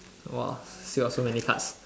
!whoa! still got so many cards